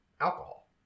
alcohol